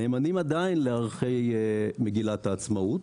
עדיין נאמנים לערכי מגילת העצמאות